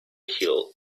hill